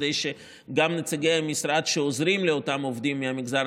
כדי שגם נציגי המשרד שעוזרים לאותם עובדים מהמגזר